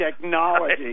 technology